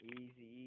easy